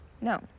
no